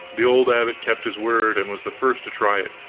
the old abbot kept his word, and was the first to try it.